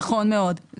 נכון מאוד.